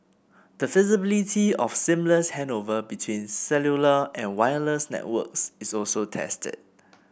the feasibility of seamless handover between cellular and wireless networks is also tested